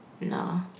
No